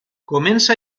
comença